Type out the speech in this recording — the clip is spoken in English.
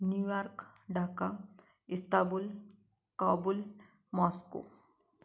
New York Dhaka Istanbul Kabul Moscow